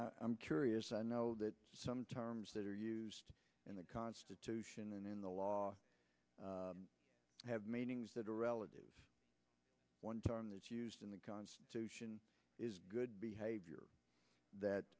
request i'm curious i know that some terms that are used in the constitution and in the law have meanings that are relative one term that's used in the constitution is good behavior that